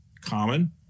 Common